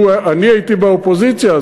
אני הייתי באופוזיציה.